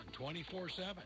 24-7